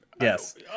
Yes